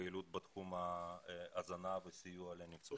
הסופית או הפעילות הסופית של אותה עמותה.